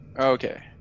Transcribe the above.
Okay